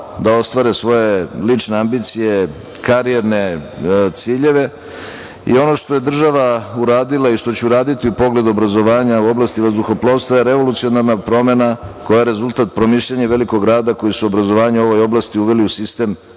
da ostvare svoje lične ambicije, karijerne ciljeve. Ono što je država uradila i što će uraditi u pogledu obrazovanja u oblasti vazduhoplovstva je revolucionarna promena koja je rezultat promišljanja i velikog rada koji su obrazovanje u ovoj oblasti uveli u sistem